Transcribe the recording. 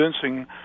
convincing